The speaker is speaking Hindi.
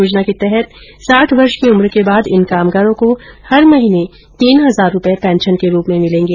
योजना के तहत साठ वर्ष की उम्र के बाद इन कामगारों को हर महीने तीन हजार रूपये पेंशन के रूप में मिलेंगे